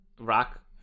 Rock